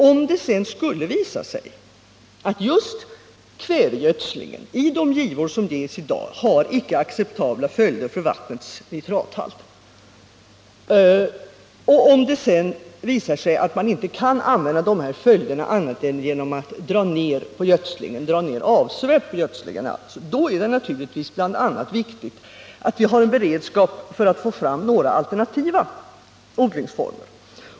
Om det skulle visa sig att just kvävegödslingen i de givor som ges i dag har icke acceptabla följder för vattnets nitrathalt och om det sedan visar sig att man inte kan avvärja dessa följder annat än genom att dra ner avsevärt på gödslingen, då är det naturligtvis viktigt att vi har bl.a. en beredskap för att få fram några alternativa odlingsformer.